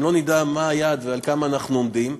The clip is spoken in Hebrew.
אם לא נדע מה היעד ועל כמה אנחנו עומדים,